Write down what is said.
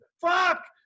Fuck